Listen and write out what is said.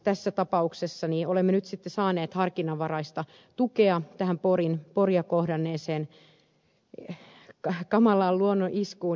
tässä tapauksessa olemme nyt sitten saaneet harkinnanvaraista tukea tähän poria kohdanneeseen kamalaan luonnoniskuun